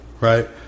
right